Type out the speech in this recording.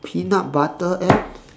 peanut butter and